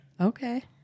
Okay